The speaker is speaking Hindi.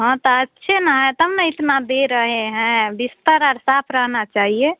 हँ तो अच्छे ना है तब इतना दे रहे हैं बिस्तर और साफ़ रहना चाहिए